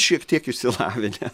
šiek tiek išsilavinę